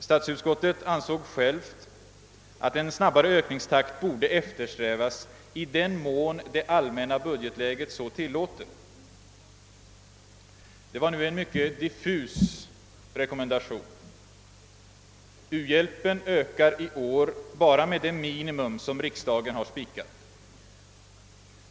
Statsutskottet ansåg självt att en snabbare ökningstakt borde eftersträvas »i den mån det allmänna budgetläget så tillåter«. Det var nu en mycket diffus rekommendation. U-hjälpen ökar i år bara med det minimum som riksdagen har spikat.